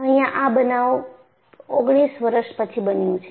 અહીંયા આ બનાવ 19 વર્ષ પછી બન્યું છે